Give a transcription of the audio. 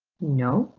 no,